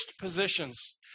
positions